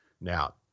Now